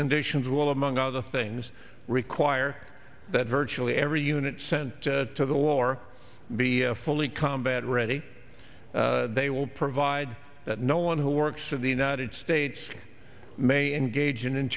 conditions will among other things require that virtually every unit sent to the war be fully combat ready they will provide that no one who works for the united states may engage in